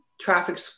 Traffic